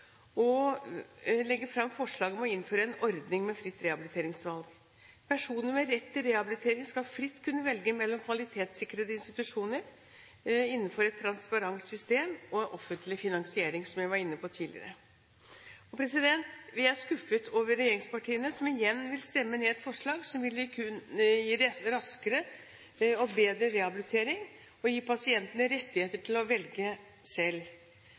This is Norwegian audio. legge fram forslag om å innføre en ordning med fritt rehabiliteringsvalg. Personer med rett til rehabilitering skal fritt kunne velge mellom kvalitetssikrede institusjoner innenfor et transparent system med offentlig finansiering, som jeg var inne på tidligere. Vi er skuffet over regjeringspartiene, som igjen vil stemme ned et forslag som vil kunne gi raskere og bedre rehabilitering, og gi pasientene rettigheter til å velge selv.